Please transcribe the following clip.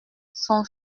son